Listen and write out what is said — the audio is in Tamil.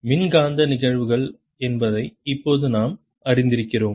மின்காந்த நிகழ்வுகள் என்பதை இப்போது நாம் அறிந்திருக்கிறோம்